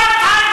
זה אפרטהייד.